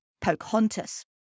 Pocahontas